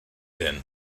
din